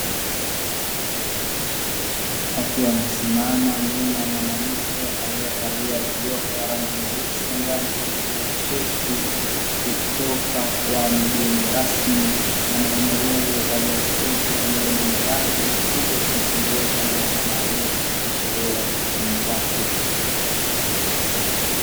Akiwa amesimama nyuma ya mwanamke aliyevalia joho la rangi nyeusi ambae amekabidhiwa cheti kutoka kwa mgeni rasmi, mwanaume huyo aliyevalia suti pamoja na miwani amekuja kumpongeza mwanamama huyo katika sherehe ya kuhitimu kwake.